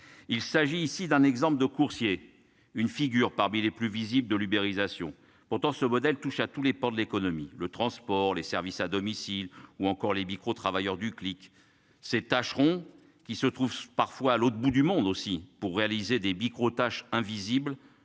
Il s'agit ici d'un exemple de coursiers une figure parmi les plus visibles de l'uberisation. Pourtant ce modèle touche à tous les ports de l'économie, le transport, les services à domicile ou encore les micros travailleurs du clic ces tâcherons qui se trouve parfois à l'autre bout du monde aussi pour réaliser des micro-tâches invisibles